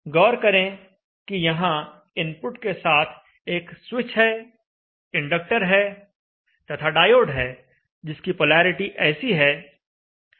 गौर करें कि यहां इनपुट के साथ एक स्विच है इंडक्टर है तथा डायोड है जिसकी पोलैरिटी ऐसी है